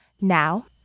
Now